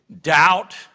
doubt